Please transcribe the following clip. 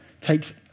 takes